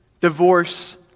divorce